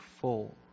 full